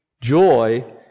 Joy